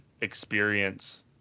experience